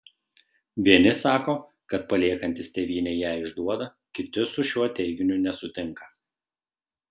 vieni sako kad paliekantys tėvynę ją išduoda kiti su šiuo teiginiu nesutinka